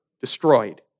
destroyed